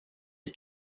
est